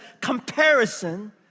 comparison